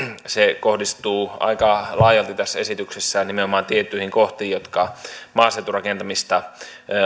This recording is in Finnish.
se kohdistuu aika laajalti tässä esityksessä nimenomaan tiettyihin kohtiin jotka maaseuturakentamista